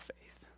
faith